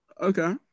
Okay